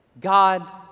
God